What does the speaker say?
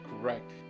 Correct